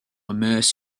immerse